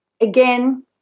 Again